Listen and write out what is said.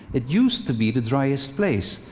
it used to be the driest place,